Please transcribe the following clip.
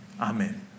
Amen